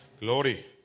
glory